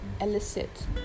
elicit